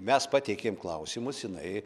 mes pateikėm klausimus jinai